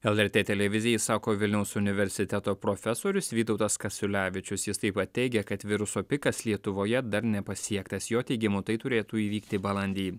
lrt televizijai sako vilniaus universiteto profesorius vytautas kasiulevičius jis taip pat teigė kad viruso pikas lietuvoje dar nepasiektas jo teigimu tai turėtų įvykti balandį